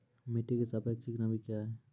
मिटी की सापेक्षिक नमी कया हैं?